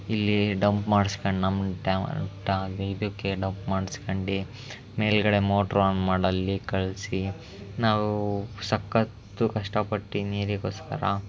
ಇಲ್ಲಿ ಡಂಪ್ ಮಾಡ್ಸಿಕೊಂಡು ನಮ್ಮ ಟಾ ಟಾಂ ಇದಕ್ಕೆ ಡಂಪ್ ಮಾಡಿಸ್ಕೊಂಡು ಮೇಲುಗಡೆ ಮೋಟ್ರ್ ಆನ್ ಮಾಡಲ್ಲಿ ಕಳಿಸಿ ನಾವು ಸಕ್ಕತ್ತು ಕಷ್ಟಪಟ್ಟು ನೀರಿಗೋಸ್ಕರ